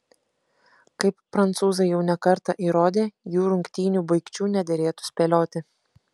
kaip prancūzai jau ne kartą įrodė jų rungtynių baigčių nederėtų spėlioti